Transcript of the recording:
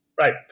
Right